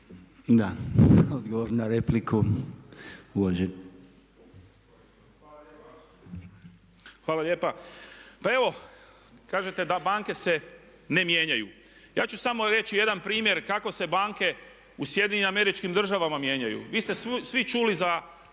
**Lalovac, Boris (SDP)** Hvala lijepa. Pa evo, kažete da banke se ne mijenjaju. Ja ću samo reći jedan primjer kako se banke u SAD-u mijenjaju. Vi ste svi čuli za